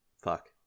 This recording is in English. Fuck